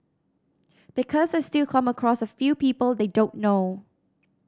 because I still come across a few people they don't know